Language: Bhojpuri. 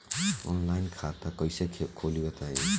आनलाइन खाता कइसे खोली बताई?